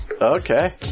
Okay